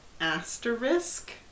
Asterisk